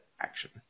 action